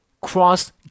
cross